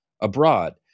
abroad